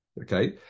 Okay